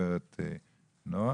הגברת בן שבת.